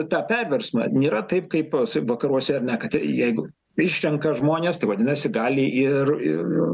tą perversmą nėra taip kaip vakaruose ar ne kad jeigu išrenka žmonės tai vadinasi gali ir ir